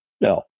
No